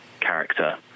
character